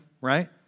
right